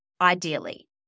ideally